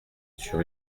sur